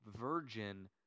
virgin